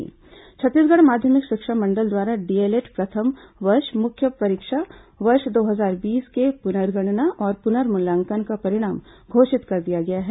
छत्तीसगढ़ माध्यमिक शिक्षा मंडल द्वारा डीएलएड प्रथम वर्ष मुख्य परीक्षा वर्ष दो हजार बीस के पुनर्गणना और पुनर्मूल्यांकन का परिणाम घोषित कर दिया गया है